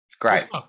Great